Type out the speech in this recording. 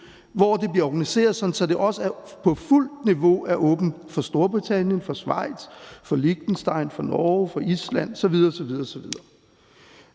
hvor det bliver organiseret på en måde, så det også på fuldt niveau er åbent for Storbritannien, for Schweiz, for Liechtenstein, for Norge, for Island, osv.